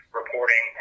reporting